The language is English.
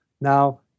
now